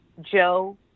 Joe